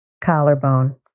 Collarbone